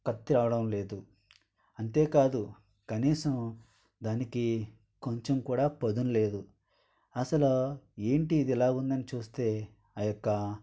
కత్తెరవడం లేదు అంతేకాదు కనీసం దానికి కొంచెం కూడా పదను లేదు అసలు ఏంటి ఇది ఇలా ఉందని చూస్తే ఆ యొక్క